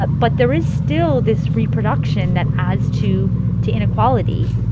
but but there is still this reproduction that adds to to inequality.